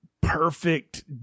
perfect